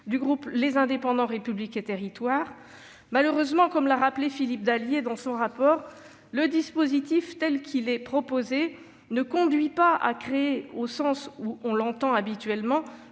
du groupe Les Indépendants- République et Territoires. Malheureusement, comme l'a rappelé Philippe Dallier dans son rapport, le dispositif tel qu'il est proposé ne conduit pas à créer, au sens où on l'entend habituellement,